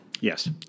Yes